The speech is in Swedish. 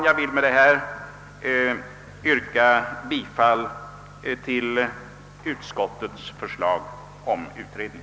Jag vill med detta yrka bifall till utskottets förslag om utredning.